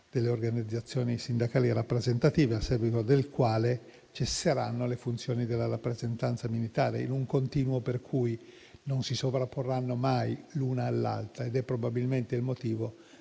delle organizzazioni sindacali rappresentative, a seguito del quale cesseranno le funzioni della rappresentanza militare, in un continuo per cui non si sovrapporranno mai l'una all'altra. Ed è probabilmente il motivo